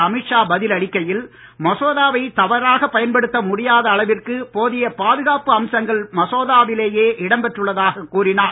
அமித் ஷா பதில் அளிக்கையில் மசோதாவை தவறாக பயன்படுத்த முடியாத அளவிற்கு போதிய பாதுகாப்பு அம்சங்கள் மசோதாவிலேயே இடம்பெற்றுள்ளதாக கூறினார்